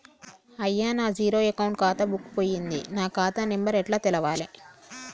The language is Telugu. అయ్యా నా జీరో అకౌంట్ ఖాతా బుక్కు పోయింది నా ఖాతా నెంబరు ఎట్ల తెలవాలే?